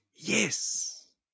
Yes